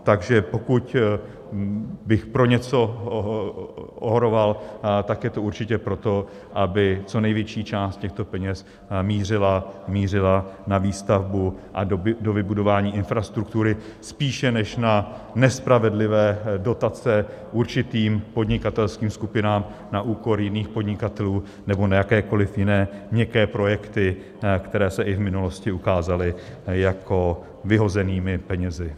Takže pokud bych pro něco horoval, tak je to určitě pro to, aby co největší část těchto peněz mířila na výstavbu a do vybudování infrastruktury spíše než na nespravedlivé dotace určitým podnikatelským skupinám na úkor jiných podnikatelů nebo na jakékoliv jiné měkké projekty, které se i v minulosti ukázaly jako vyhozenými penězi.